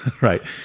Right